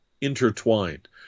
intertwined